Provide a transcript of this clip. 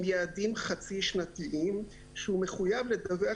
עם יעדים חצי שנתיים כשהוא מחויב לדווח